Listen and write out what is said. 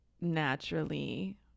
naturally